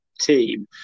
team